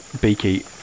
Beaky